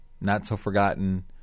not-so-forgotten